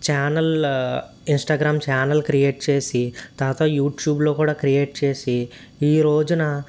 channel Instagram channel create చేసి తరువాత యూట్యూబ్లో కూడా క్రియేట్ చేసి ఈ రోజున